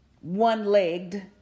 one-legged